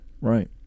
right